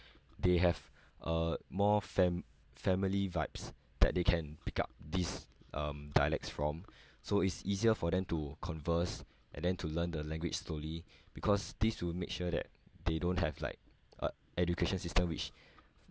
they have uh more fam~ family vibes that they can pick up this um dialects from so it's easier for them to converse and then to learn the language slowly because this will make sure that they don't have like uh education system which